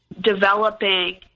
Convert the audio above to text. developing